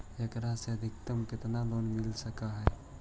एकरा से अधिकतम केतना लोन मिल सक हइ?